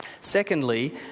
Secondly